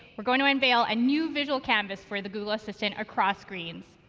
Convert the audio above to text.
we're going to unveil a new visual canvas for the google assistant across screens.